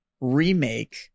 remake